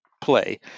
play